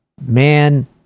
Man